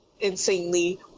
insanely